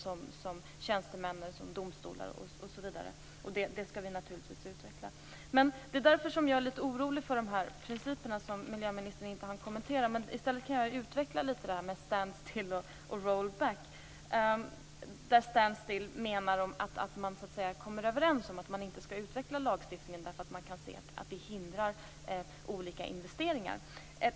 Det gäller såväl tjänstemän som domstolar osv., och det skall vi naturligtvis utveckla. Jag är litet orolig för principerna, som miljöministern inte hann kommentera. I stället kan jag utveckla litet detta med stand still och roll back. Med stand still menas att man kommer överens om att man inte skall utveckla lagstiftningen därför att man kan se att det hindrar olika investeringar.